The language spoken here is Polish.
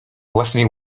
własnej